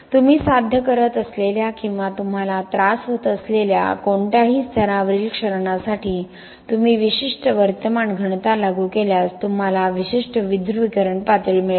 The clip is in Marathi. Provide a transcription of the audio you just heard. तुम्ही साध्य करत असलेल्या किंवा तुम्हाला त्रास होत असलेल्या कोणत्याही स्तरावरील क्षरणासाठी तुम्ही विशिष्ट वर्तमान घनता लागू केल्यास तुम्हाला विशिष्ट विध्रुवीकरण पातळी मिळेल